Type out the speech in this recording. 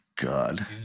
God